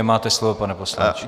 Máte slovo, pane poslanče.